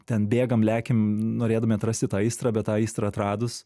ten bėgam lekiam norėdami atrasti tą aistrą bet tą aistrą atradus